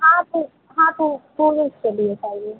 हाँ तो हाँ तो पूरे इसके लिए चाहिए